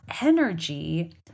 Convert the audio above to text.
energy